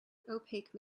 opaque